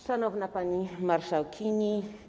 Szanowna Pani Marszałkini!